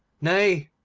nay,